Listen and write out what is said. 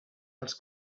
els